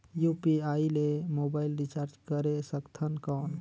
UPI ले mobile recharge करे सकथन कौन?